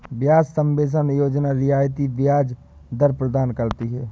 ब्याज सबवेंशन योजना रियायती ब्याज दर प्रदान करती है